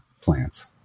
plants